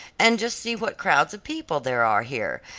and just see what crowds of people there are here,